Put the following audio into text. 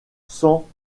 cent